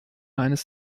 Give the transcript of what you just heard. eines